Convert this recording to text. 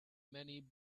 many